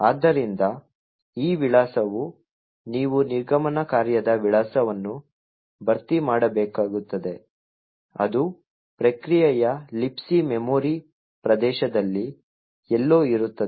ಆದ್ದರಿಂದ ಈ ವಿಳಾಸವು ನೀವು ನಿರ್ಗಮನ ಕಾರ್ಯದ ವಿಳಾಸವನ್ನು ಭರ್ತಿ ಮಾಡಬೇಕಾಗುತ್ತದೆ ಅದು ಪ್ರಕ್ರಿಯೆಯ Libc ಮೆಮೊರಿ ಪ್ರದೇಶದಲ್ಲಿ ಎಲ್ಲೋ ಇರುತ್ತದೆ